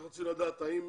אנחנו רוצים לדעת האם